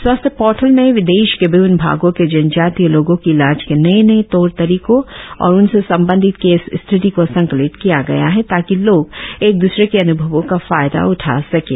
स्वास्थ्य पोर्टल में देश के विभिन्न भागों के जनजातीय लोगों के इलाज के नए नए तौर तरीकों और उनसे संबंधित केस स्टडी को संकलित किया गया है ताकि लोग एक दूसरे के अन्भवों का फायदा उठा सकें